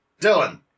Dylan